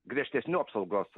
griežtesnių apsaugos